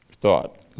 thought